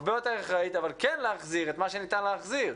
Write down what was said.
הרבה יותר אחראית אבל כן להחזיר את מה שניתן להחזיר.